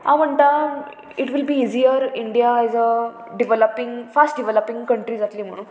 हांव म्हणटा it will be easier India as a developing fast developing country जातली म्हणून